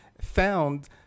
found